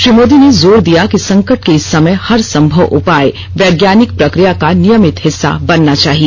श्री मोदी ने जोर दिया कि संकट के इस समय हर संभव उपाय वैज्ञानिक प्रक्रिया का नियमित हिस्सा बनना चाहिए